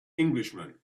englishman